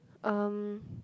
um